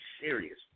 serious